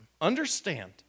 understand